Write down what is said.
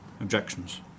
objections